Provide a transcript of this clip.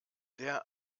der